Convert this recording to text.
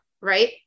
right